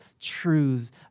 truths